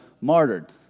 martyred